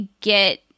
get